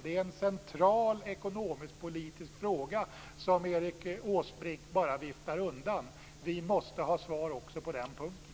Det är en central ekonomisk-politisk fråga som Erik Åsbrink bara viftar undan. Vi måste ha ett svar också på den punkten.